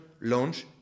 launch